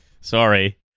Sorry